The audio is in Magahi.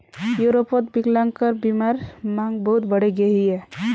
यूरोपोत विक्लान्ग्बीमार मांग बहुत बढ़े गहिये